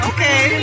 Okay